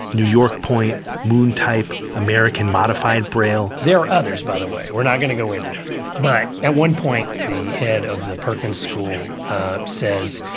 new york point, moon type, american modified braille there are others by the way. we're not going to go into them. but at one point the head of the perkins school says,